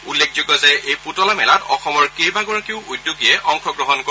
উল্লেখযোগ্য যে এই পুতলা মেলাত অসমৰ কেইবাগৰাকী উদ্যোগীয়েও অংশগ্ৰহণ কৰিব